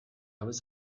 was